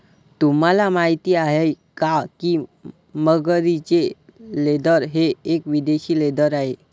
तुम्हाला माहिती आहे का की मगरीचे लेदर हे एक विदेशी लेदर आहे